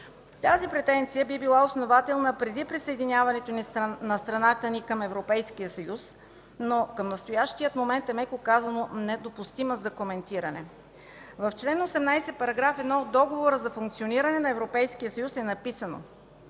Тази претенция би била основателна преди присъединяването на страната ни към Европейския съюз, но към настоящия момент е, меко казано, недопустима за коментиране. В чл. 18, § 1 от Договора за функциониране на Европейския съюз е написано: